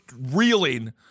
reeling